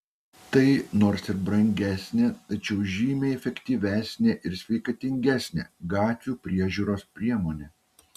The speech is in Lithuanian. tai nors ir brangesnė tačiau žymiai efektyvesnė ir sveikatingesnė gatvių priežiūros priemonė